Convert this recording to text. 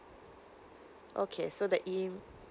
okay so the em~